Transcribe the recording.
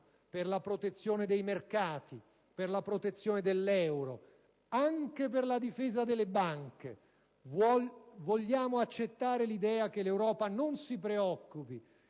per la protezione dei mercati e dell'euro e anche per la difesa delle banche. Vogliamo accettare l'idea che l'Europa non si preoccupi